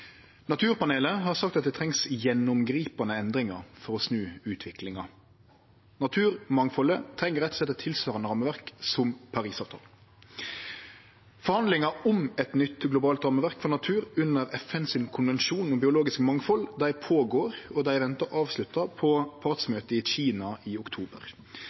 har sagt at det trengst gjennomgripande endringar for å snu utviklinga. Naturmangfaldet treng rett og slett eit tilsvarande rammeverk som Parisavtalen. Forhandlingar om eit nytt globalt rammeverk for natur under FNs konvensjon om biologisk mangfald er i gang og er venta avslutta på partsmøtet i Kina i oktober,